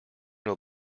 will